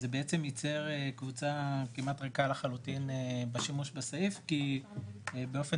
זה בעצם ייצר קבוצה כמעט ריקה לחלוטין בשימוש בסעיף כי באופן